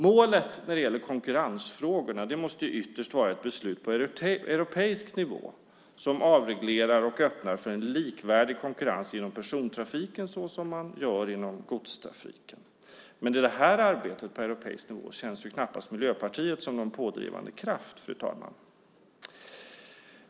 Målet när det gäller konkurrensfrågorna måste ytterst vara ett beslut på europeisk nivå som avreglerar och öppnar för en likvärdig konkurrens inom persontrafiken såsom man gör inom godstrafiken. Men i detta arbete på europeisk nivå känns knappast Miljöpartiet som någon pådrivande kraft.